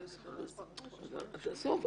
עזוב,